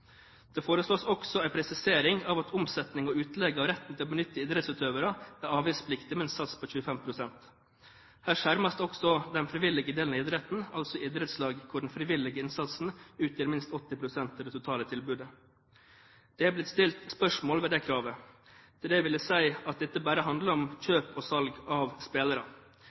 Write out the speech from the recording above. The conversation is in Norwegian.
Det foreslås også en presisering av at omsetning og utleie av retten til å benytte idrettsutøvere er avgiftspliktig med en sats på 25 pst. Her skjermes også den frivillige delen av idretten, altså idrettslag hvor den frivillige innsatsen utgjør minst 80 pst. av det totale tilbudet. Det har blitt stilt spørsmål ved dette kravet. Til det vil jeg si at dette bare handler om kjøp og salg av